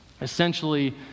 Essentially